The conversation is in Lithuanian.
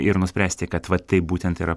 ir nuspręsti kad va tai būtent yra